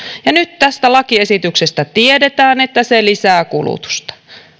ja nyt tästä lakiesityksestä tiedetään että se lisää kulutusta